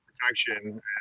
protection